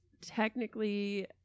technically